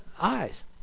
eyes